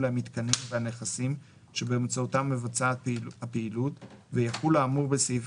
המיתקנים והנכסים שבאמצעותם מבוצעת הפעילות ויחול האמור בסעיף